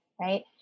right